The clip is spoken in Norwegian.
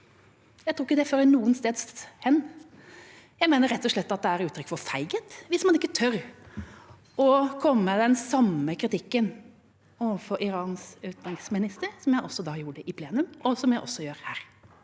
jeg tror ikke det fører noensteds hen. Jeg mener rett og slett at det er et uttrykk for feighet hvis man ikke tør å komme med den samme kritikken overfor Irans utenriksminister som jeg gjorde i plenum, og som jeg også gjør her.